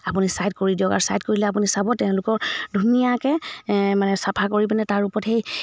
আপুনি ছাইড কৰি দিয়ক আৰু ছাইড কৰিলে আপুনি চাব তেওঁলোকৰ ধুনীয়াকৈ মানে চাফা কৰি পিনে তাৰ ওপৰত সেই